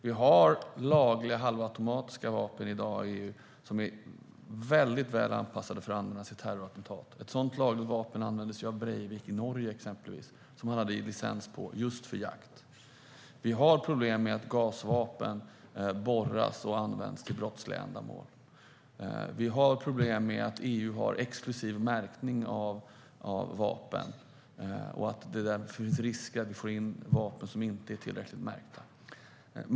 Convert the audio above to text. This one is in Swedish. Vi har lagliga halvautomatiska vapen i EU i dag, som är väldigt väl anpassade för att användas i terrorattentat. Ett sådant lagligt vapen användes exempelvis av Breivik i Norge. Han hade licens på det, just för jakt. Vi har problem med att gasvapen borras och används för brottsliga ändamål. Vi har problem med att EU har exklusiv märkning av vapen. Det finns därför risk att vi får in vapen som inte är tillräckligt märkta.